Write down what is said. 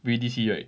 B_B_D_C right